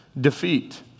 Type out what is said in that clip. defeat